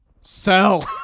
sell